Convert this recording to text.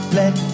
let